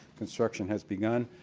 construction has begun,